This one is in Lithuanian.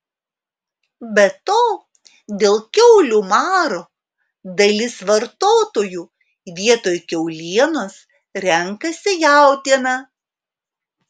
be to dėl kiaulių maro dalis vartotojų vietoj kiaulienos renkasi jautieną